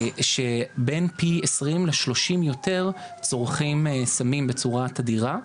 שבין עשרים לשלושים אחוז יותר צורכים סמים בצורה תדירה,